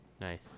Nice